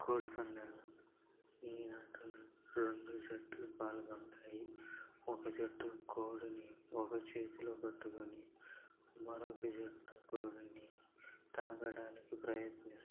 కోడిపందాలు ఈ ఆటలో రెండు జట్లు పాల్గోంటాయి ఒక జట్టు కోడిని ఒక చేతిలో పట్టుకొని మరొక జట్టు కోడిని తాకడానికి ప్రయత్నిస్తుంది